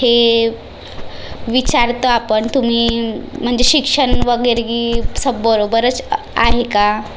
हे विचारतो आपण तुम्ही म्हणजे शिक्षण वगैरे सब बरोबरच आहे का